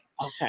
Okay